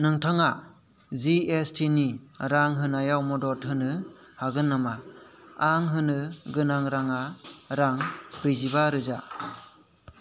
नोंथाङा जिएसटि नि रां होनायाव मदद होनो हागोन नामा आं होनो गोनां राङा रां ब्रैजिबा रोजा